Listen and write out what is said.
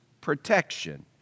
protection